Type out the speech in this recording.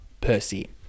Percy